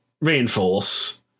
reinforce